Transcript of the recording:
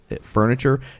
furniture